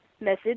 message